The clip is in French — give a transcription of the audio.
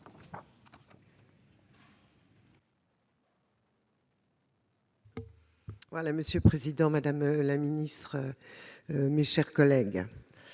Longeot. Monsieur le président, madame la ministre, mes chers collègues,